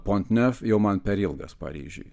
pont nef jau man per ilgas paryžiuj